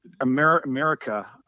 America